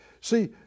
See